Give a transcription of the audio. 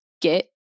get